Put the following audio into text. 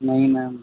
ਨਹੀਂ ਮੈਮ